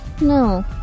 No